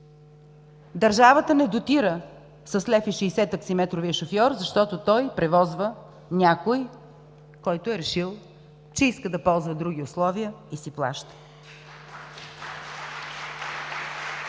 държавата не дотира с 1,60 лв. таксиметровия шофьор, защото той превозва някой, който е решил, че иска да ползва други условия и си плаща.